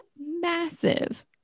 massive